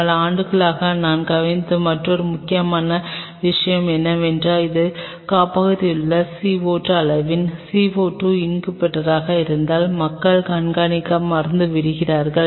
பல ஆண்டுகளாக நான் கவனித்த மற்றொரு முக்கியமான விஷயம் என்னவென்றால் இது காப்பகத்தில் உள்ள CO2 அளவின் CO2 இன்குபேட்டராக இருந்தால் மக்கள் கண்காணிக்க மறந்து விடுகிறார்கள்